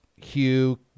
Hugh